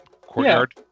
courtyard